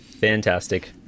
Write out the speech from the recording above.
Fantastic